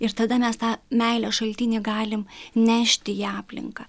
ir tada mes tą meilės šaltinį galim nešti į aplinką